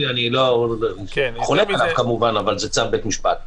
אני חולק עליו כמובן, אבל זה צו בית משפט.